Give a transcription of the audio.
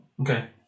Okay